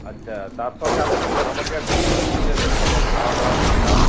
আচ্ছা তার সঙ্গে আপনি আমাকে আর কি সুযোগসুবিধা দেবেন আমার খাওয়াদাওয়া থাকা